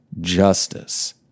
justice